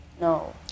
No